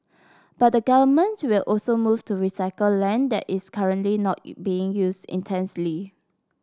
but the government will also move to recycle land that is currently not being used intensely